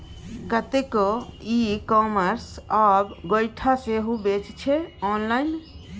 कतेको e commerce आब गोयठा सेहो बेचै छै आँनलाइन